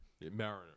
Mariner